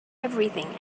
everything